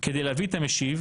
כדי להביא את המשיב